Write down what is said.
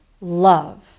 love